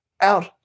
out